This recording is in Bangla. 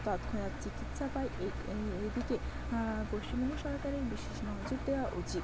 তৎক্ষণাৎ চিকিৎসা পায় এই এই দিকে পশ্চিমবঙ্গ সরকারের বিশেষ নজর দেওয়া উচিত